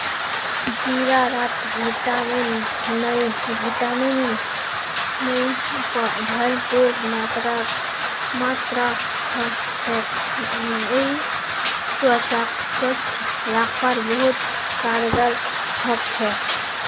जीरात vitamin E भरपूर मात्रात ह छेक यई त्वचाक स्वस्थ रखवात बहुत कारगर ह छेक